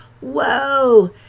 whoa